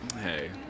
hey